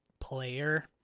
player